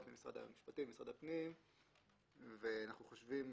ממשרד המשפטים וממשרד הפנים ואנחנו חושבים,